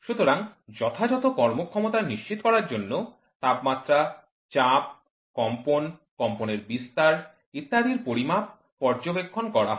সুতরাং যথাযথ কর্মক্ষমতা নিশ্চিত করার জন্য তাপমাত্রা চাপ কম্পন কম্পনের বিস্তার ইত্যাদির পরিমাপ পর্যবেক্ষণ করা হয়